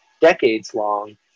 decades-long